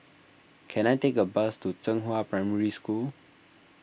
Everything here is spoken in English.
can I take a bus to Zhenghua Primary School